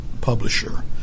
publisher